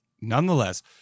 nonetheless